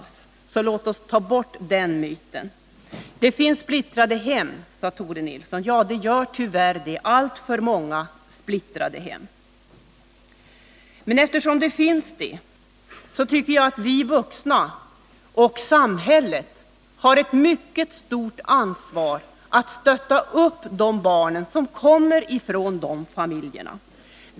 Låt oss alltså ta bort den myten. Det finns splittrade hem, sade Tore Nilsson. Ja, det finns tyvärr alltför många splittrade hem. Men eftersom det är så tycker jag att vi vuxna och samhället har ett mycket stort ansvar för att stötta upp de barn som kommer från sådana familjer.